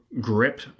grip